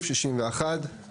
הכל עובר עליך.